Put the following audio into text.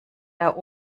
der